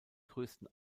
größten